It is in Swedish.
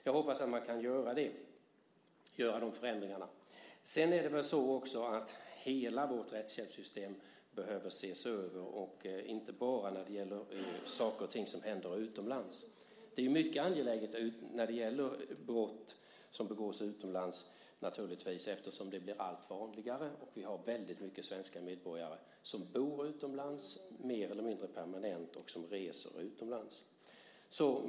Jag hoppas att man kan göra de förändringarna. Sedan är det väl också så att hela vårt rättshjälpssystem behöver ses över, inte bara när det gäller saker och ting som händer utomlands. Det är mycket angeläget när det gäller brott som begås utomlands, naturligtvis, eftersom det blir allt vanligare och vi har väldigt mycket svenska medborgare som bor utomlands mer eller mindre permanent och som reser utomlands.